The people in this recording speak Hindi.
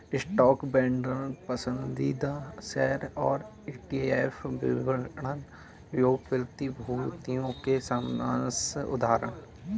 स्टॉक, बांड, पसंदीदा शेयर और ईटीएफ विपणन योग्य प्रतिभूतियों के सामान्य उदाहरण हैं